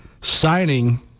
signing